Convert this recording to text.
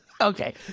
okay